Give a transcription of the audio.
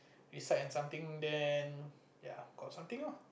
recite and something then ya got something lah